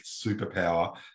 superpower